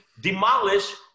demolish